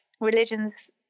religions